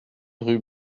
rue